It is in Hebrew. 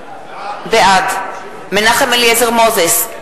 בעד מנחם אליעזר מוזס,